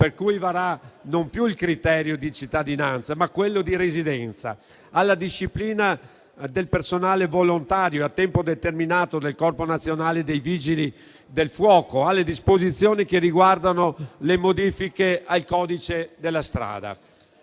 per cui varrà il criterio non più di cittadinanza, ma di residenza, alla disciplina del personale volontario a tempo determinato del Corpo nazionale dei vigili del fuoco, alle disposizioni che riguardano le modifiche al codice della strada.